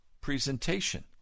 presentation